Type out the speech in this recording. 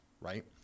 right